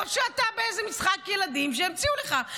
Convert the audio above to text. או שאתה באיזה משחק ילדים שהמציאו לך.